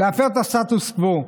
להפר את הסטטוס קוו.